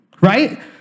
right